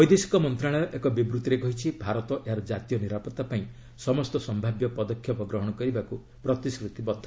ବୈଦେଶିକ ମନ୍ତ୍ରଣାଳୟ ଏକ ବିବୃଭିରେ କହିଛି ଭାରତ ଏହାର ଜାତୀୟ ନିରାପତ୍ତା ପାଇଁ ସମସ୍ତ ସମ୍ଭାବ୍ୟ ପଦକ୍ଷେପ ଗ୍ରହଣ କରିବାକୁ ପ୍ରତିଶ୍ରତିବଦ୍ଧ